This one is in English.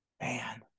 Man